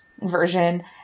version